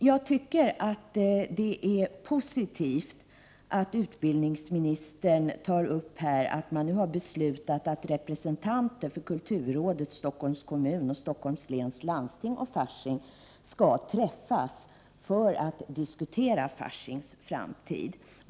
Jag tycker att det är positivt att utbildningsministern nämner i svaret att man nu har beslutat att representanter för kulturrådet, Stockholms kommun, Stockholms läns landsting och Fasching skall träffas för att diskutera Faschings framtid.